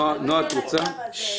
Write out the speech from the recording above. נועה, את רוצה?